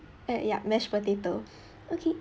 mm yup mashed potato okay